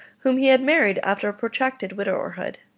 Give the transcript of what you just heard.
whom he had married after a protracted widowerhood.